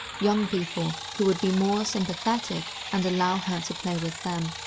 young people who would be more sympathetic and allow her to play with them.